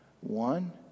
one